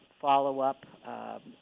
follow-up